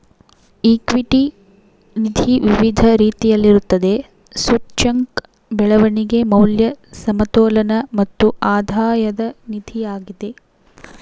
equity ನಿಧಿ ವಿವಿಧ ರೀತಿಯಲ್ಲಿರುತ್ತದೆ, ಸೂಚ್ಯಂಕ, ಬೆಳವಣಿಗೆ, ಮೌಲ್ಯ, ಸಮತೋಲನ ಮತ್ತು ಆಧಾಯದ ನಿಧಿಯಾಗಿದೆ